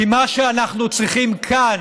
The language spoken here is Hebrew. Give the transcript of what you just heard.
כי מה שאנחנו צריכים כאן